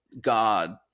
God